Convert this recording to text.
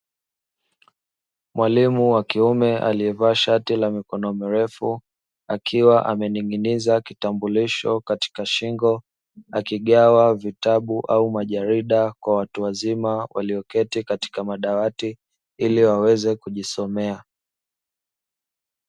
Mwalimu wa kiume aliyevaa shati la mikono mirefu, akiwa amening'iniza kitambulisho katika shingo na kugawa vitabu au majarida kwa watu wazima, walioketi katika madawati ili waweze kujisomea.